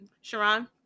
Sharon